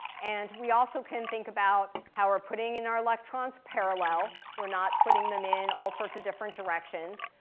and we also can think about how we're putting in our electrons parallel. we're not putting them in all sorts of different directions.